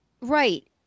right